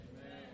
Amen